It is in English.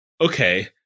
okay